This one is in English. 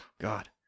God